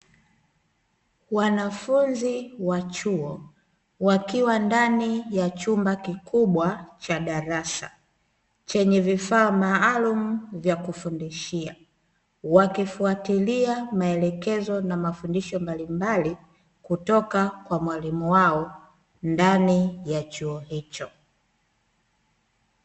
Wanafunzi wa chuo wakiwa ndani ya chumba kikubwa cha darasa chenye vifaa maalumu vya kufundishia, wakifuatilia maelekezo na mafundisho mbalimbali kutoka kwa mwalimu wao ndani ya chuo hicho.